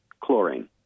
chlorine